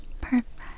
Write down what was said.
Perfect